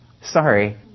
Sorry